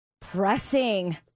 Pressing